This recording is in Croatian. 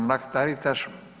Mrak-Taritaš.